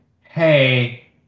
Hey